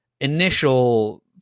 initial